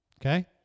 Okay